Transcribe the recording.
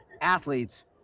athletes